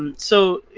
and so,